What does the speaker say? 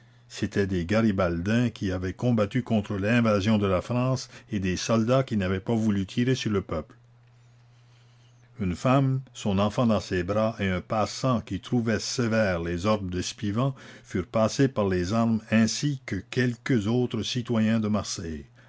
c'étaient des garibaldiens qui avaient combattu contre l'invasion de la france et des soldats qui n'avaient pas voulu tirer sur le peuple une femme son enfant dans ses bras et un passant qui trouvaient sévères les ordres d'espivent furent passés par les armes ainsi que quelques autres citoyens de marseille